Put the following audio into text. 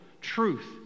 truth